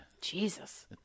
Jesus